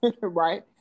right